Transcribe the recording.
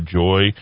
joy